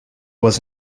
was